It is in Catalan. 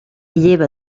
lleva